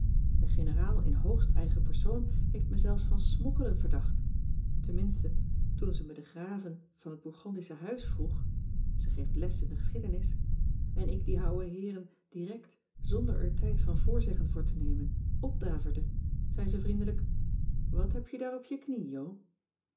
de generaal in hoogst eigen persoon heeft me zelfs van smokkelen verdacht tenminste toen ze me de graven van het bourgondische huis vroeg ze geeft les in de geschiedenis en ik die ouwe heeren direct zonder er tijd van voorzeggen voor te nemen opdaverde zei ze vriendelijk wat heb je daar op je knie jo